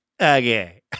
Okay